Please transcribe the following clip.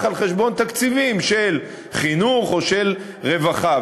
על חשבון תקציבים של חינוך או של רווחה.